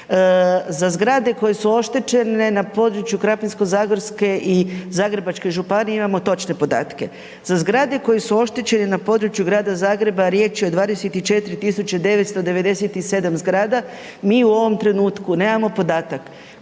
za zgrade koje su oštećene na području Krapinsko-zagorske i Zagrebačke županije imamo točne podatke, za zgrade koje su oštećene na području Grada Zagreba, a riječ je o 24.997 zgrada, mi u ovom trenutku nemamo podatak